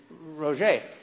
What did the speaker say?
Roger